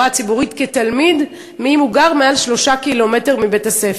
הציבורית כתלמידים אם הם גרים מעל 3 קילומטר מבית-הספר,